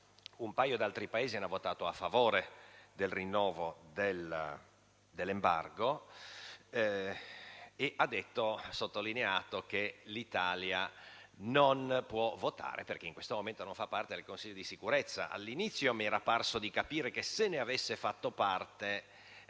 un paio di altri Paesi hanno votato a favore del rinnovo dell'embargo e ha sottolineato che l'Italia non ha potuto votare perché, in quel momento, non faceva parte del Consiglio di sicurezza. All'inizio, mi era parso di capire che, se ne avesse fatto parte,